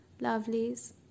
lovelies